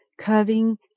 curving